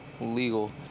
Legal